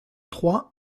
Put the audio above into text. trois